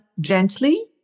gently